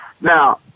Now